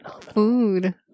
food